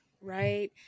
right